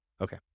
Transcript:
Okay